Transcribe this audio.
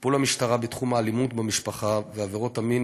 טיפול המשטרה בתחום האלימות במשפחה ועבירות המין